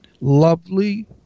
lovely